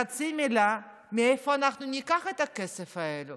חצי מילה, מאיפה אנחנו ניקח את הכסף הזה.